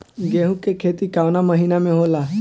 गेहूँ के खेती कवना महीना में होला?